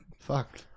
Fuck